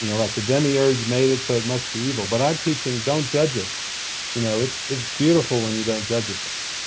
you know like the demiurge made it so it must be evil but i'm teaching don't judge it you know it's it's beautiful when you don't judge it.